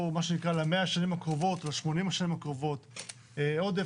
למאה השנים הקרובות או לשמונים השנים הקרובות עודף,